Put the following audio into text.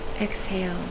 Exhale